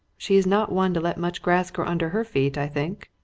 she's not one to let much grass grow under her feet, i think.